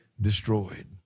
destroyed